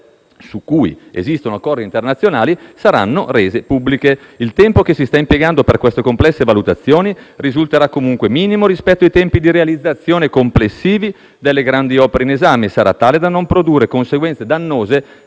su cui esistono accordi internazionali, saranno rese pubbliche. Il tempo che si sta impiegando per queste complesse valutazioni risulterà comunque minimo rispetto ai tempi di realizzazione complessivi delle grandi opere in esame e sarà tale da non produrre conseguenze dannose